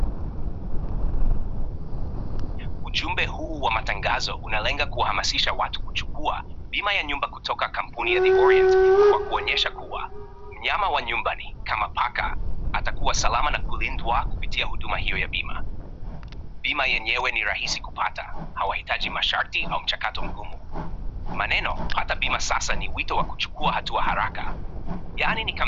Ujumbe huu wa matangazo unalenga kuhamasisha watu kuchukua bina ya nyumba kutoka kampuni ya The Orient kwa kuonyesha kuwa wanyama wa nyumbani kama paka atakuwa salama na kulindwa kupitia huduma hiyo ya bima. Bima yenyewe ni rahisi kupata na uhitaji masharti na mchakato mkuu. Maneno pata bima sasa ni wito wa kuchukua hata haraka. Yaani ni kama.